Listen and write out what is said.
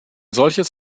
solches